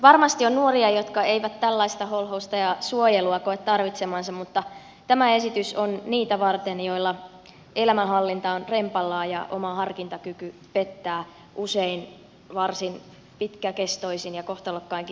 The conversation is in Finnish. varmasti on nuoria jotka eivät tällaista holhousta ja suojelua koe tarvitsevansa mutta tämä esitys on niitä varten joilla elämänhallinta on rempallaan ja oma harkintakyky pettää usein varsin pitkäkestoisin ja kohtalokkainkin seurauksin